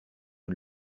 une